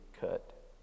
cut